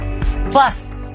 Plus